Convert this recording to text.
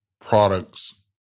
Products